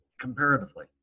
comparatively